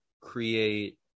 create